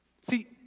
See